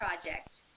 project